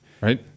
Right